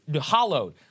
hollowed